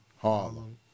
Harlem